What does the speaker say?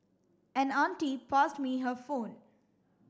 an auntie passed me her phone